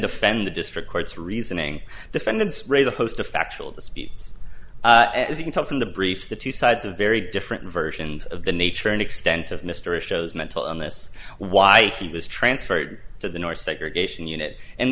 defend the district court's reasoning defendants raise a host of factual disputes as you can tell from the briefs the two sides of very different versions of the nature and extent of mystery shows mental illness why he was transferred to the north segregation unit and